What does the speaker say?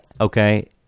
okay